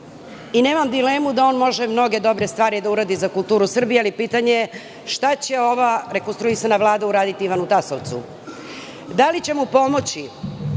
Nemam dilemu da on može mnoge dobre stvari da uradi za kulturu Srbije, ali pitanje je – šta će ova rekonstruisana Vlada uradi Ivanu Tasovcu? Da li će mu pomoći